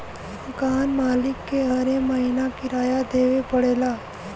मकान मालिक के हरे महीना किराया देवे पड़ऽला